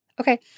Okay